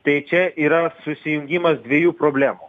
tai čia yra susijungimas dviejų problemų